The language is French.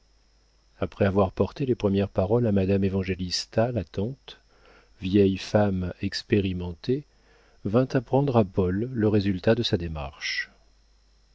après avoir porté les premières paroles à madame évangélista la tante vieille femme expérimentée vint apprendre à paul le résultat de sa démarche